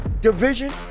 division